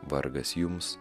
vargas jums